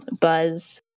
Buzz